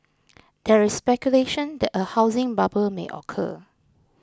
there is speculation that a housing bubble may occur